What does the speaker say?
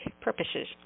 purposes